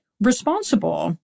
responsible